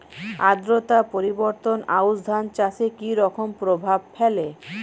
আদ্রতা পরিবর্তন আউশ ধান চাষে কি রকম প্রভাব ফেলে?